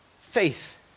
Faith